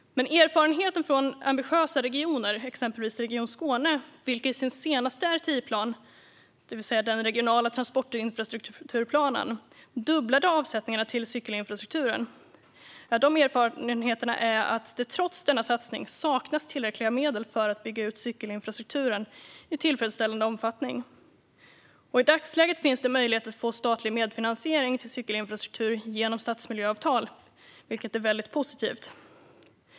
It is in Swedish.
Erfarenheten från ambitiösa regioner, exempelvis Region Skåne där man dubblade avsättningarna till cykelinfrastrukturen i sin senaste RTIplan, det vill säga den regionala transportinfrastrukturplanen, är att det trots denna satsning saknas tillräckliga medel för att bygga ut cykelinfrastrukturen i tillfredsställande omfattning. I dagsläget finns det möjlighet att få statlig medfinansiering till cykelinfrastruktur genom stadsmiljöavtal, vilket är väldigt positivt.